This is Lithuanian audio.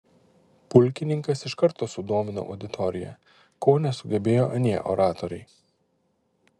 pulkininkas iš karto sudomino auditoriją ko nesugebėjo anie oratoriai